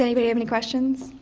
anybody have any questions?